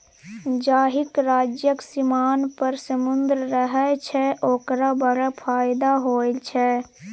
जाहिक राज्यक सीमान पर समुद्र रहय छै ओकरा बड़ फायदा होए छै